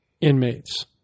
inmates